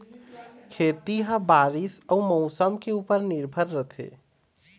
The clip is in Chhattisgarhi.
खेती ह बारीस अऊ मौसम के ऊपर निर्भर रथे